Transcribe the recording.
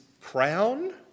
crown